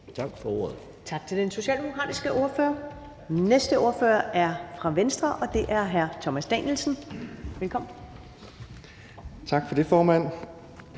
Tak for ordet.